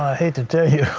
ah hate to tell you,